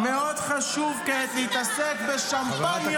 מאוד חשוב כעת להתעסק בשמפניות,